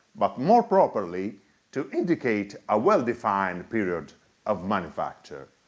but more properly to indicate a well-defined period of manufacture.